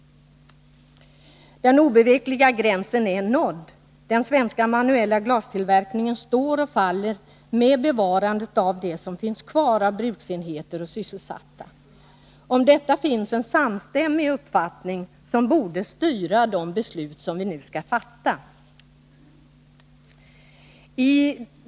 Den obevekliga gränsen är nådd. Den svenska manuella glastillverkningen står och faller med bevarandet av det som finns kvar av bruksenheter och sysselsatta. Om detta finns en samstämmig uppfattning, som borde styra de beslut vi nu skall fatta.